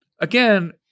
Again